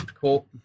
Cool